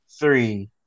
three